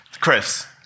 Chris